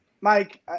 Mike